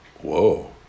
whoa